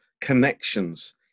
connections